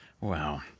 Wow